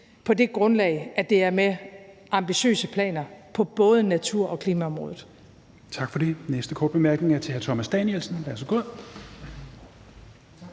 på det grundlag, at det er med ambitiøse planer på både natur- og klimaområdet.